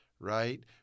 right